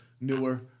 newer